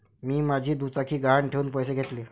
मी माझी दुचाकी गहाण ठेवून पैसे घेतले